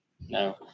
No